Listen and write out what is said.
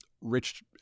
rich